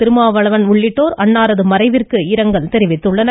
திருமாவளவன் உள்ளிட்டோர் அன்னாரது மறைவிற்கு இரங்கல் தெரிவித்துள்ளனர்